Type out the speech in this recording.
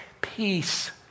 peace